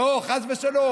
לא, חס ושלום.